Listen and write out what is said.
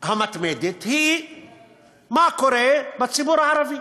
המתמדת היא מה שקורה בציבור הערבי,